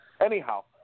Anyhow